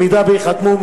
במידה שייחתמו,